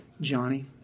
Johnny